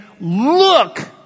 look